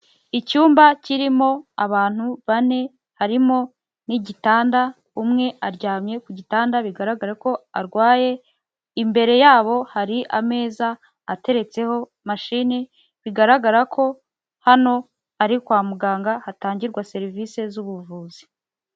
Icyumba kirimo abantu bane harimo n'igitanda umwe aryamye ku gitanda; bigaragara ko arwaye imbere yabo hari ameza ateretseho mashini; bigaragara ko hano ari kwa muganga hatangirwa serivisi z'buvuzi.